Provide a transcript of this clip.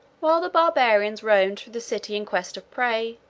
while the barbarians roamed through the city in quest of prey,